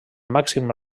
màxim